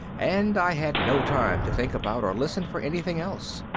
and i had no time to think about or listen for anything else.